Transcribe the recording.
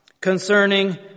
concerning